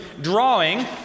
drawing